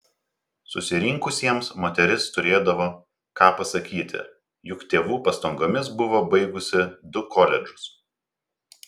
susirinkusiesiems moteris turėdavo ką pasakyti juk tėvų pastangomis buvo baigusi du koledžus